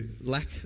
lack